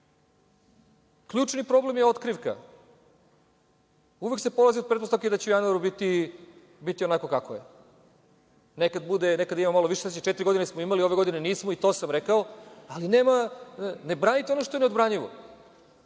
Ključni problem je otkrivka. Uvek se polazi od pretpostavke da će u januaru biti onako kako je. Nekad ima malo više, a za četiri godine smo imali, ove godine nismo, i to sam rekao, ali nema ne branite ono što je neodbranjivo. Potrebno